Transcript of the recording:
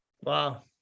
Wow